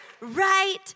right